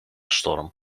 storm